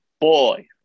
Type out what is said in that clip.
Boy